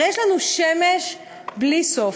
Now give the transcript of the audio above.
הרי יש לנו שמש בלי סוף,